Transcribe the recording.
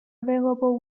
available